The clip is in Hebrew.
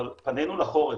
אבל פנינו לחורף.